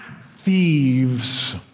thieves